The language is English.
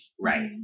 Right